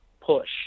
push